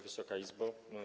Wysoka Izbo!